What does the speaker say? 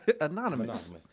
Anonymous